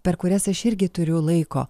per kurias aš irgi turiu laiko